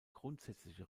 grundsätzliche